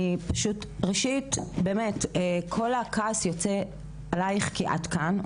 ראשית באמת כל הכעס יוצא עליך כי את כאן,